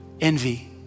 envy